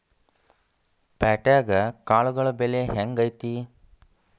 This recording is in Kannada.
ಪ್ಯಾಟ್ಯಾಗ್ ಕಾಳುಗಳ ಬೆಲೆ ಹೆಂಗ್ ಐತಿ?